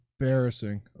embarrassing